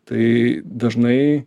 tai dažnai